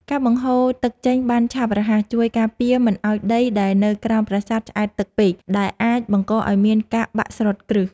ការបង្ហូរទឹកចេញបានឆាប់រហ័សជួយការពារមិនឱ្យដីដែលនៅក្រោមប្រាសាទឆ្អែតទឹកពេក ដែលអាចបង្កឱ្យមានការបាក់ស្រុតគ្រឹះ។